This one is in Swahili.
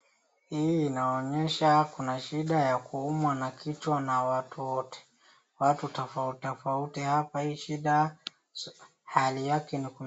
Hii inaonyesha Kuna shida ya kuumwa na kichwa Kwa watu wote. watu tofauti tofauti hapa hii shida hali yake ni